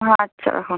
আচ্ছা রাখুন